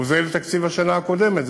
הוא זהה לתקציב השנה הקודמת.